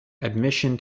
admission